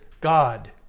God